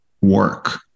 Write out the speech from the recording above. work